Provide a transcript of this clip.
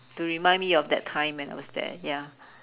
to remind me of that time when I was there ya